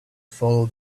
follow